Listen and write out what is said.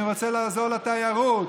אני רוצה לעזור לתיירות.